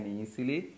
easily